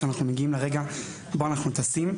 אז אנחנו מגיעים לרגע בו אנחנו טסים.